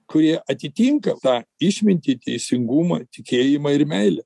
kurie atitinka tą išmintį teisingumą tikėjimą ir meilę